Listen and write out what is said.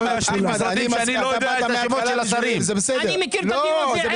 אני מכיר את הדיון הזה.